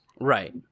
Right